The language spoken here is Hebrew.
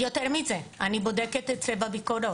יותר מזה, אני בודקת את זה בביקורות.